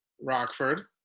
Rockford